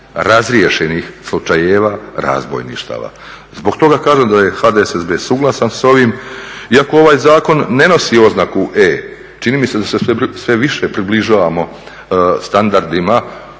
razriješenih slučajeva razbojništava. Zbog toga kažem da je HDSSB suglasan s ovim. Iako ovaj zakon ne nosi oznaku E čini mi se da se sve više približavamo standardima,